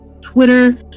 Twitter